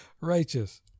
Righteous